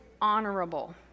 honorable